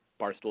Barstool